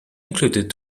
included